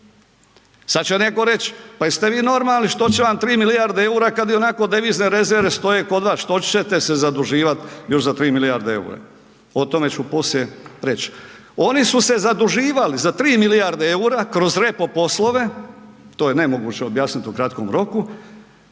Sad će netko reći, pa jeste vi normalni, što će vam 3 milijarde EUR-a kad ionako devizne rezerve stoje kod vas, što ćete se zaduživat još za 3 milijarde EUR-a. O tome ću poslije reći. Oni su se zaduživali za 3 milijarde EUR-a kroz …/nerazumljivo/… poslove, to je nemoguće objasnit u kratkom roku,